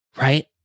Right